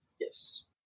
Yes